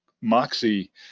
moxie